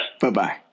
Bye-bye